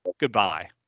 goodbye